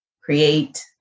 create